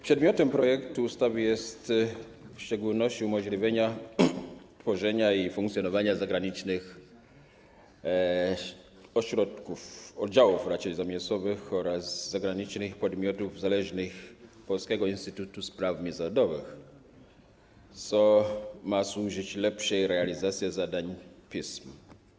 Przedmiotem projektu ustawy jest w szczególności umożliwienie tworzenia i funkcjonowania zagranicznych ośrodków, a raczej zamiejscowych oddziałów oraz zagranicznych podmiotów zależnych Polskiego Instytutu Spraw Międzynarodowych, co ma służyć lepszej realizacji zadań PISM.